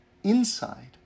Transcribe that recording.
Inside